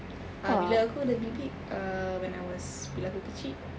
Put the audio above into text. uh bila aku ada bibik uh when I was bila aku kecil